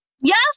Yes